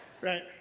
right